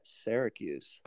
Syracuse